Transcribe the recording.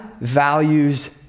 values